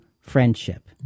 friendship